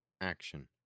action